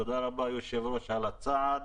תודה רבה ליושב-ראש על הצעד,